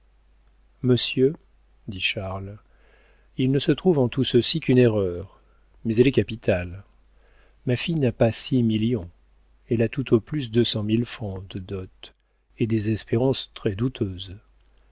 monsieur dit charles il ne se trouve en tout ceci qu'une erreur mais elle est capitale ma fille n'a pas six millions elle a tout au plus deux cent mille francs de dot et des espérances très douteuses